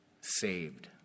Saved